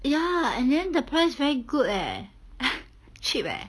ya and then the price very good leh cheap leh